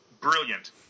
brilliant